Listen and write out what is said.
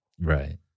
right